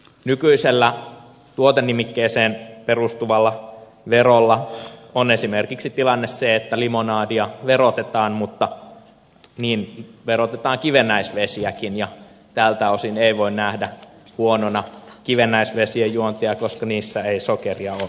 nykyisellä tuotenimikkeeseen perustuvalla verolla on esimerkiksi tilanne se että limonadia verotetaan mutta niin verotetaan kivennäisvesiäkin ja tältä osin ei voi nähdä huonona kivennäisvesien juontia koska niissä ei sokeria ole